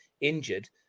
injured